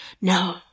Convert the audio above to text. No